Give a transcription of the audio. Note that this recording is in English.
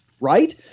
Right